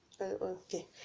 okay